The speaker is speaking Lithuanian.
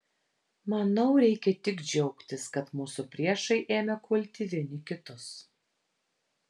manau reikia tik džiaugtis kad mūsų priešai ėmė kulti vieni kitus